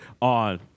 on